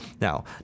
Now